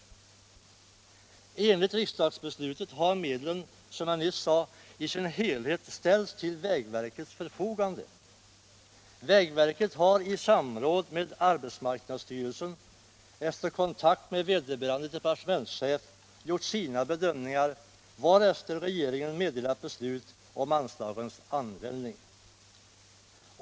I Enligt riksdagsbeslutet har medlen, som jag nyss sade, i sin helhet ställts till vägverkets förfogande. Vägverket har i samråd med arbetsmarknadsstyrelsen och efter kontakt med vederbörande departements | chef gjort sina bedömningar, varefter regeringen meddelat beslut om anslagens användning.